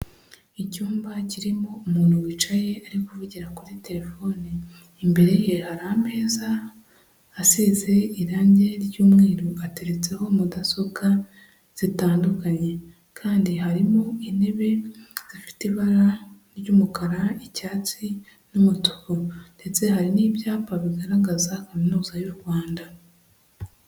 Icyumba kirimo umuntu wicaye ari kuvugira kuri telefone, imbere ye hari ameza asize irange ry'umweru, ateretseho mudasobwa zitandukanye kandi harimo intebe zifite ibara ry'umukara, icyatsi n'umutuku ndetse hari n'ibyapa bigaragaza Kaminuza y'u Rwanda.